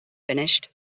finished